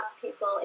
people